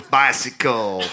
bicycle